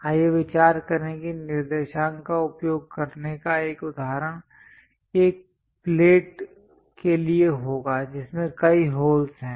आइए विचार करें कि निर्देशांक का उपयोग करने का एक उदाहरण एक प्लेट के लिए होगा जिसमें कई होल्स हैं